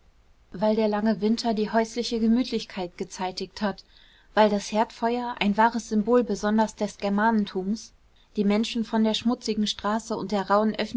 weil der lange winter die häusliche gemütlichkeit gezeitigt hat weil das herdfeuer ein wahres symbol besonders des germanentums die menschen von der schmutzigen straße und der rauhen